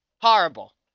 Horrible